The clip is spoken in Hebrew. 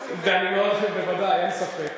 תשים לב.